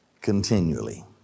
continually